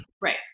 Right